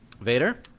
Vader